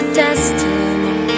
destiny